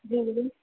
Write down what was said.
বলুন